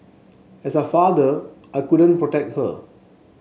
as a father I couldn't protect her